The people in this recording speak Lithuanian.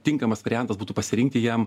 tinkamas variantas būtų pasirinkti jam